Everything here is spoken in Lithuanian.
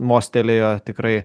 mostelėjo tikrai